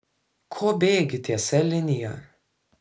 ko bėgi tiesia linija